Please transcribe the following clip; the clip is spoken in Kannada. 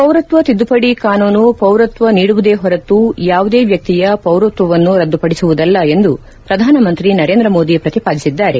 ಪೌರತ್ವ ತಿದ್ದುಪಡಿ ಕಾನೂನು ಪೌರತ್ವ ನೀಡುವುದೇ ಹೊರತು ಯಾವುದೇ ವಕ್ಷಿಯ ಪೌರತ್ವವನ್ನು ರದ್ದುಪಡಿಸುವುದಿಲ್ಲ ಎಂದು ಪ್ರಧಾನಮಂತ್ರಿ ನರೇಂದ್ರ ಮೋದಿ ಪ್ರತಿಪಾದಿಸಿದ್ದಾರೆ